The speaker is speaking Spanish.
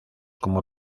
como